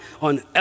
on